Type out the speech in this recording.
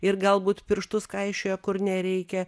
ir galbūt pirštus kaišioja kur nereikia